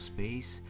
Space